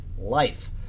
life